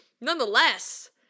nonetheless